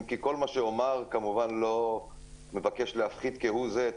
אם כי כל מה שאומר כמובן לא מבקש להפחית כהוא זה את